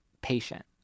patient